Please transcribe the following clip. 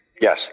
Yes